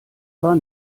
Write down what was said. war